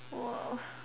!whoa!